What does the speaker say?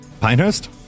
Pinehurst